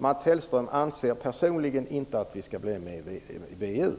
Mats Hellström anser personligen inte att vi skall bli medlemmar i VEU.